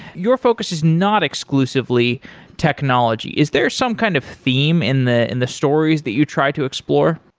your focus is not exclusively technology. is there some kind of theme in the in the stories that you try to explore?